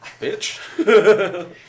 Bitch